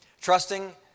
Trusting